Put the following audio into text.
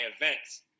events